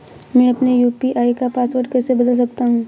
मैं अपने यू.पी.आई का पासवर्ड कैसे बदल सकता हूँ?